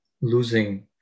losing